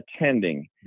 attending